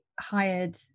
hired